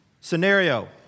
scenario